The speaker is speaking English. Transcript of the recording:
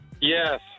Yes